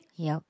yup